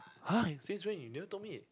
!huh! since when you never told me